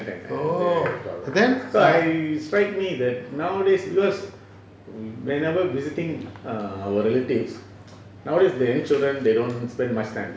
oh then